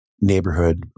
neighborhood